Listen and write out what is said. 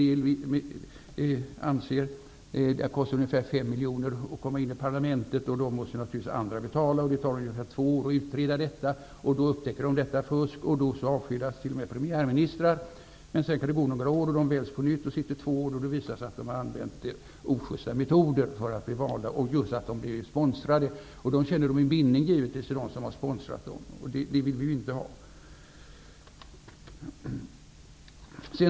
Där kostar det ungefär 5 miljoner att komma in i parlamentet. Dessa kostnader måste naturligtvis andra betala. Det tar sedan ungefär två år att utreda vilka som har betalat, och när man avslöjar fusket avskedas t.o.m. premiärministrar. Sedan kan det gå några år. Dessa politiker väljs på nytt, och de sitter två år innan det visar sig att de har använt ojusta metoder för att bli valda och att de har blivit sponsrade. Eftersom de har blivit sponsrade känner de givetvis en bindning till sina sponsorer. Något sådant vill vi ju inte ha här.